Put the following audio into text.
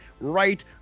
right